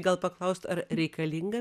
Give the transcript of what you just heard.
gal paklaust ar reikalinga